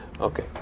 Okay